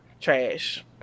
Trash